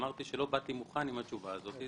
אמרתי שלא באתי מוכן עם התשובה הזאת.